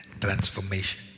transformation